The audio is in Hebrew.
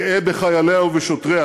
גאה בחייליה ובשוטריה